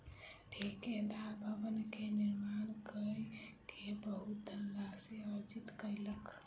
ठेकेदार भवन के निर्माण कय के बहुत धनराशि अर्जित कयलक